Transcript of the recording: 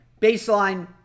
baseline